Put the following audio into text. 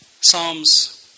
Psalms